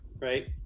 Right